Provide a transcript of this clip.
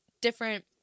different